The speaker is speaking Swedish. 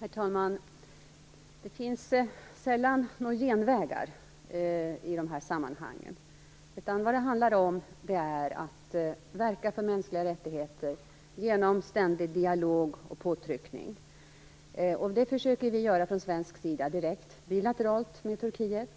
Herr talman! Det finns sällan några genvägar i dessa sammanhang. Vad det handlar om är att verka för mänskliga rättigheter genom ständig dialog och påtryckning. Och det försöker vi från svensk sida åstadkomma direkt och bilateralt med Turkiet